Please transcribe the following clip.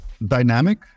dynamic